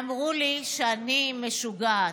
ואמרו לי שאני משוגעת.